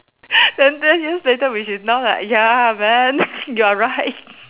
then ten years later which is now like ya man you are right